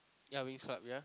ya Winx club yeah